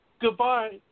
Goodbye